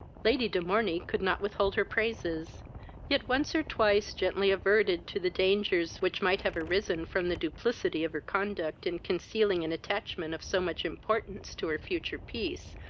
lady de morney could not withhold her praises yet once or twice gently adverted to the dangers which might have arisen from the duplicity of her conduct in concealing an attachment of so much importance to her future peace,